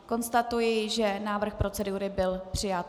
Konstatuji, že návrh procedury byl přijat.